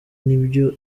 nibyo